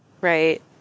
Right